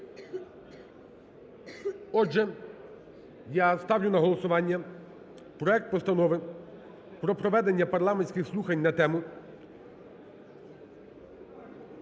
Отже, я ставлю на голосування проект Постанови про проведення парламентських слухань на тему: